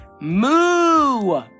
Moo